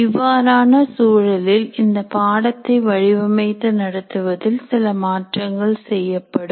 இவ்வாறான சூழலில் இந்த பாடத்தை வடிவமைத்து நடத்துவதில் சில மாற்றங்கள் செய்யப்படும்